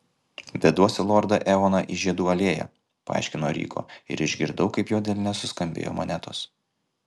veduosi lordą eoną į žiedų alėją paaiškino ryko ir išgirdau kaip jo delne suskambėjo monetos